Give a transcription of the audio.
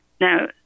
Now